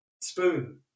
Spoon